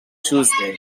tuesday